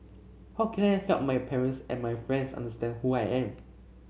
how can I help my parents and my friends understand who I am